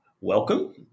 welcome